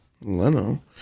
Leno